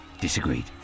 disagreed